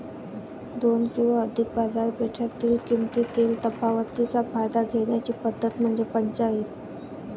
दोन किंवा अधिक बाजारपेठेतील किमतीतील तफावतीचा फायदा घेण्याची पद्धत म्हणजे पंचाईत